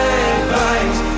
advice